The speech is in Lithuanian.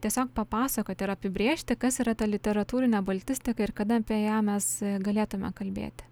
tiesiog papasakoti ir apibrėžti kas yra ta literatūrinė baltistika ir kada apie ją mes galėtume kalbėti